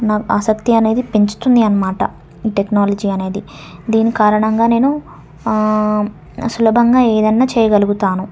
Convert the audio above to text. నాకు ఆసక్తి అనేది పెంచుతుంది అన్నమాట టెక్నాలజీ అనేది దీని కారణంగా నేను సులభంగా ఏదైనా చేయగలుగుతాను